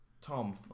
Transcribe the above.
Tom